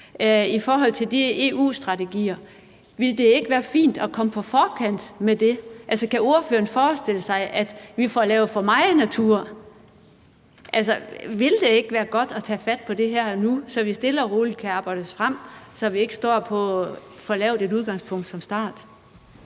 I forhold til de EU-strategier ville det så ikke være fint at komme på forkant med det? Altså, kan ordføreren forestille sig, at vi får lavet for meget natur? Ville det ikke være godt at tage fat på det her nu, så vi stille og roligt kan arbejde os frem, så vi ikke står på for lavt et udgangspunkt fra start?